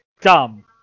dumb